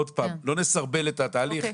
עוד פעם, שלא נסרבל את התהליך.